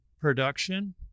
production